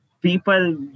People